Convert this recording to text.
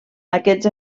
aquests